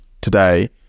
today